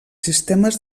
sistemes